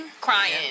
crying